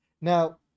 Now